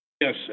Yes